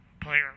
player